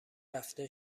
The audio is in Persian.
رفته